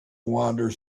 wander